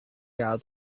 out